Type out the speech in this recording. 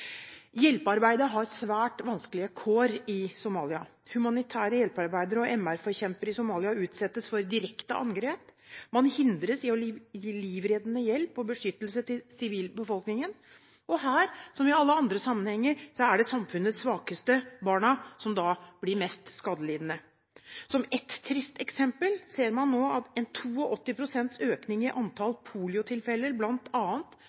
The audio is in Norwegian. Hjelpearbeidet har svært vanskelige kår i Somalia. Humanitære hjelpearbeidere og menneskerettighetsforkjempere i Somalia utsettes for direkte angrep, man hindres i å gi livreddende hjelp og beskyttelse til sivilbefolkningen. Her, som i alle andre sammenhenger, er det samfunnets svakeste, barna, som da blir mest skadelidende. Som et trist eksempel ser man nå en økning på 82 pst. i